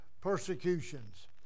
persecutions